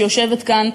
שיושבת כאן,